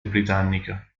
britannica